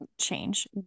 change